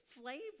flavor